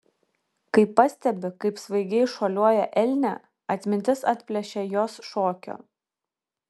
kai pastebi kaip svaigiai šuoliuoja elnė atmintis atplėšia jos šokio